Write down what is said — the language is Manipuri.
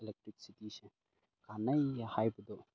ꯑꯦꯂꯦꯛꯇ꯭ꯔꯤꯁꯤꯇꯤꯁꯦ ꯀꯥꯟꯅꯩ ꯍꯥꯏꯕꯗꯣ